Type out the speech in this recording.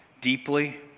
deeply